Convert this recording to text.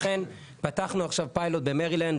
לכן פתחנו עכשיו פיילוט במרילנד,